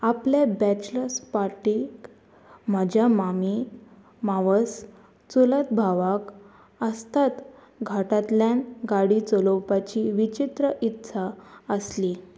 आपले बॅचलर्स पार्टीक म्हाज्या मामी मावस चुलत भावाक असतंत घाटांतल्यान गाडी चलोवपाची विचित्र इत्सा आसली